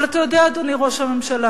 אבל אתה יודע, אדוני ראש הממשלה,